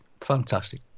fantastic